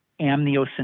amniocentesis